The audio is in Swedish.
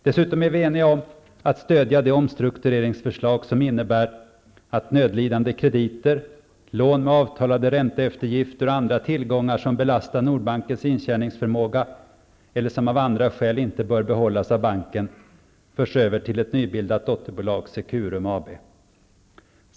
Dessutom är vi eniga om att stödja det omstruktureringsförslag som innebär att nödlidande krediter, lån med avtalade ränteeftergifter och andra tillgångar som belastar Nordbankens intjäningsförmåga, eller som av andra skäl inte bör behållas av banken, förs över till ett nybildat dotterbolag, nämligen Securum AB.